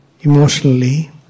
emotionally